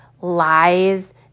lies